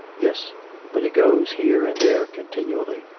yes but he goes here and there continually.